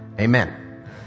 Amen